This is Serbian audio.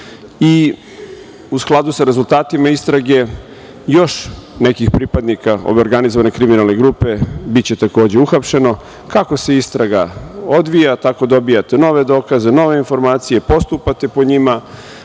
i u skladu sa rezultatima istrage, još nekih pripadnika ove organizovane kriminalne grupe biće takođe uhapšeno. Kako se istraga odvija, tako dobijate nove dokaze, nove informacije, postupate po njima,